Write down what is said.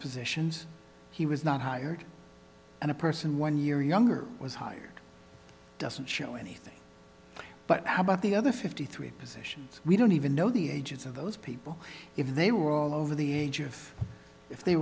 positions he was not hired and a person one year younger was hired doesn't show anything but how about the other fifty three perceptions we don't even know the ages of those people if they were all over the age of if they